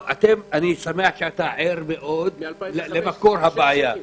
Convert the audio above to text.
אני שמח שאתה ער למקור הבעיה,